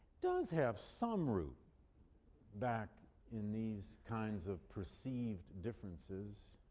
does have some root back in these kinds of perceived differences.